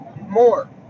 more